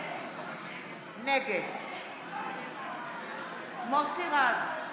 נגד מוסי רז,